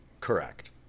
Correct